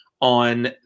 on